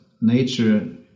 nature